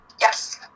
Yes